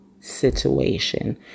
situation